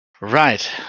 Right